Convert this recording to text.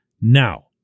Now